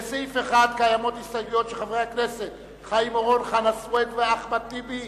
לסעיף 1 קיימת הסתייגות של חברי הכנסת אחמד טיבי,